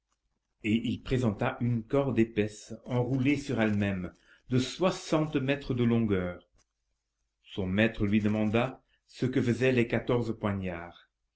et il présenta une corde épaisse enroulée sur elle-même de soixante mètres de longueur son maître lui demanda ce que faisaient les quatorze poignards